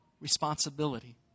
responsibility